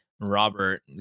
Robert